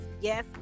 yes